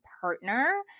partner